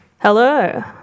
Hello